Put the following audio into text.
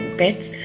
pets